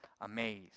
amazed